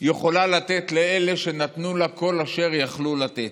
יכולה לתת לאלה שנתנו לה כל אשר יכלו לתת.